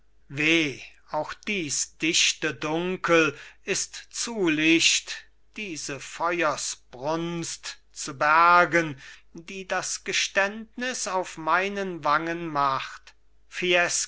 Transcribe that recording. auch dies dichte dunkel ist zu licht diese feuersbrunst zu bergen die das geständnis auf meinen wangen macht